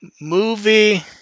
movie